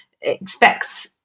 expects